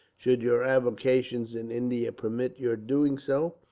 should your avocations in india permit your doing so,